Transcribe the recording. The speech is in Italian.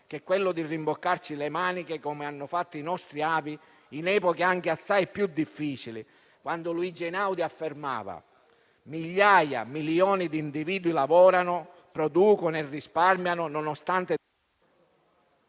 che quello di rimboccarsi le maniche, come hanno fatto i nostri avi in epoche anche assai più difficili, quando Luigi Einaudi affermava: «Migliaia, milioni di individui lavorano, producono e risparmiano nonostante